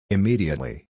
Immediately